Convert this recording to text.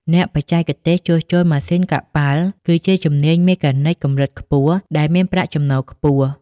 អ្នកបច្ចេកទេសជួសជុលម៉ាស៊ីនកប៉ាល់ គឺជាជំនាញមេកានិចកម្រិតខ្ពស់ដែលមានប្រាក់ចំណូលខ្ពស់។